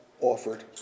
offered